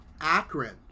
Akron